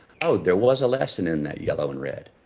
oh, there was a lesson in that yellow and red.